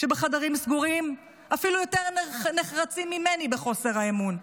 שבחדרים סגורים אפילו יותר נחרצים ממני בחוסר האמון: